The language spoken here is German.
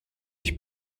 ich